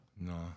No